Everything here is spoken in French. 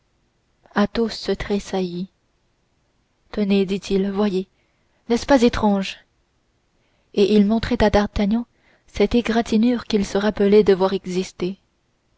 athos athos tressaillit tenez dit-il voyez n'est-ce pas étrange et il montrait à d'artagnan cette égratignure qu'il se rappelait devoir